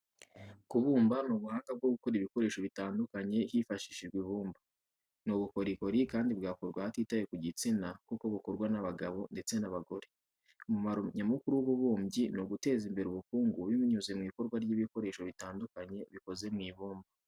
Kubumba ni ubuhanga bwo gukora ibikoresho bitandukanye hifashishijwe ibumba. Ni ubukorikori kandi bwakorwa hatitawe ku gitsina kuko bukorwa n'abagabo ndetse n'abagore. Umumaro nyamukuru w'ububumbyi ni uguteza imbere ubukungu binyuze mu ikorwa ry'ibikoresho bitandukanye bikoze mu ibumba.